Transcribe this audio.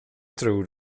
tror